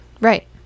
Right